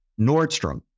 Nordstrom